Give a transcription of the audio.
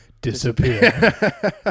disappear